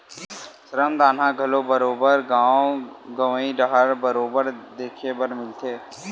श्रम दान ह घलो बरोबर गाँव गंवई डाहर बरोबर देखे बर मिलथे